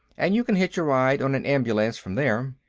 and you can hitch a ride on an ambulance from there.